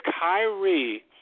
Kyrie